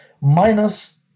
minus